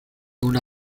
una